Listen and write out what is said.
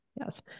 yes